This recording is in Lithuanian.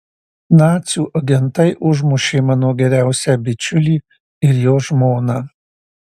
nacių agentai užmušė mano geriausią bičiulį ir jo žmoną